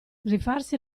rifarsi